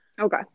Okay